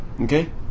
okay